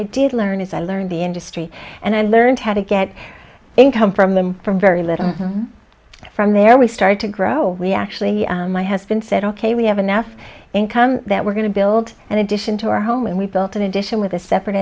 i did learn as i learned the industry and i learned how to get income from them from very little from there we started to grow we actually my husband said ok we have enough income that we're going to build an addition to our home and we built an addition with a separate